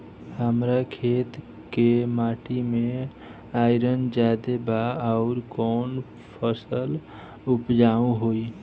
हमरा खेत के माटी मे आयरन जादे बा आउर कौन फसल उपजाऊ होइ?